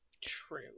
true